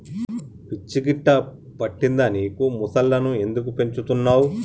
పిచ్చి గిట్టా పట్టిందా నీకు ముసల్లను ఎందుకు పెంచుతున్నవ్